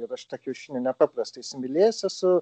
ir aš tą kiaušinį nepaprastai įsimylėjęs esu